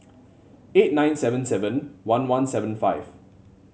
eight nine seven seven one one seven five